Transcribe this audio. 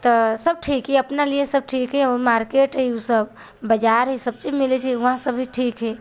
तऽ सभ ठीक हइ अपने लिए सभ ठीक हइ मार्केट हइ ओसभ बाजार हइ सभचीज मिलै छै वहाँ सभचीज ठीक हइ